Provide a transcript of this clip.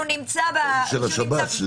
שהוא נמצא בשב"ס.